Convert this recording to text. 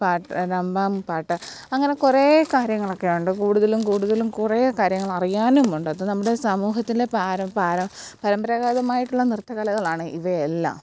റംഭം പാട്ട് അങ്ങനെ കുറേ കാര്യങ്ങളൊക്കെ ഉണ്ട് കൂടുതലും കൂടുതലും കുറേ കാര്യങ്ങൾ അറിയാനും ഉണ്ട് അത് നമ്മുടെ സമൂഹത്തിലെ പാരം പാരം പരമ്പരാഗതമായിട്ടുള്ള നൃത്തകലകളാണ് ഇവയെല്ലാം